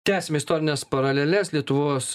tęsiam istorines paraleles lietuvos